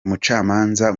umucamanza